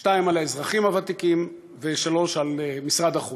2. האזרחים הוותיקים, 3. משרד החוץ.